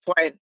point